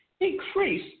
increase